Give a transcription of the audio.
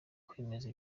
kwemeza